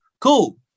Cool